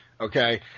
Okay